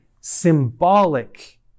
symbolic